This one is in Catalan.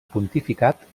pontificat